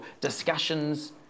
discussions